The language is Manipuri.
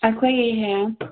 ꯑꯩꯈꯣꯏꯒꯤꯁꯦ